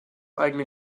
eigene